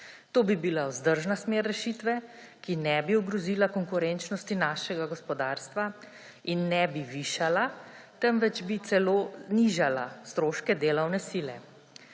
To bi bila vzdržna smer rešitve, ki ne bi ogrozila konkurenčnosti našega gospodarstva in ne bi višala, temveč bi celo nižala stroške delovne sile.